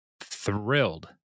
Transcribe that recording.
thrilled